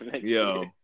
Yo